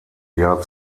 jahr